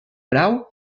grau